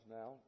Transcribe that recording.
now